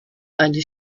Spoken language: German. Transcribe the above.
eine